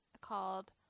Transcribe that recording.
called